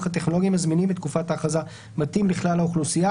הטכנולוגיים הזמינים בתקופת ההכרזה מתאים לכלל האוכלוסייה,